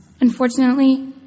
Unfortunately